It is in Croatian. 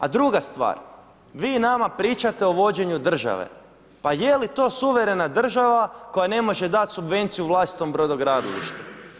A druga stvar, vi nama pričate o vođenju države, pa je li to suverena država koja ne može dati subvenciju vlastitom brodogradilištu.